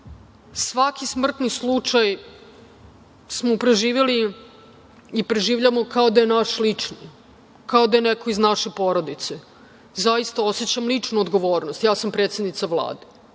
svaki smrtni slučaj smo preživeli i preživljavamo kao da je naš lični, kao da je neko iz naše porodice. Zaista osećam ličnu odgovornost, ja sam predsednica Vlade,